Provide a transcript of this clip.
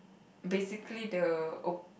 basically the op~